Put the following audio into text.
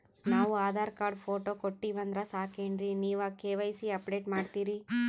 ನಾವು Aadhaar card, photo ಕೊಟ್ಟೀವಂದ್ರ ಸಾಕೇನ್ರಿ ನೀವ ಕೆ.ವೈ.ಸಿ ಅಪಡೇಟ ಮಾಡ್ತೀರಿ?